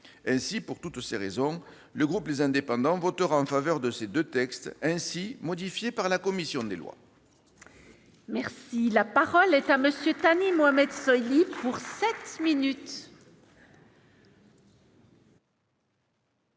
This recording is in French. Pour toutes ces raisons, le groupe Les Indépendants votera en faveur de ces deux textes ainsi modifiés par la commission des lois. La parole est à M. Thani Mohamed Soilihi.